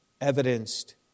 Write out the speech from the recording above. evidenced